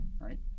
right